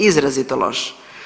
Izrazito loš.